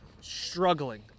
struggling